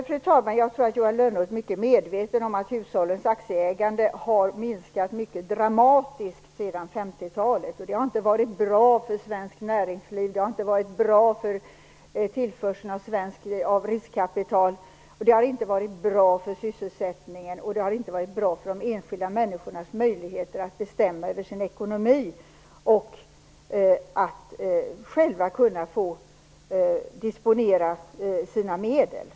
Fru talman! Jag tror att Johan Lönnroth är mycket medveten om att hushållens aktieägande har minskat mycket dramatiskt sedan 50-talet. Det har inte varit bra för svenskt näringsliv. Det har inte varit bra för tillförseln av riskkapital. Det har inte varit bra för sysselsättningen. Det har inte heller varit bra för de enskilda människornas möjligheter att bestämma över sin ekonomi och själva kunna få disponera sina medel.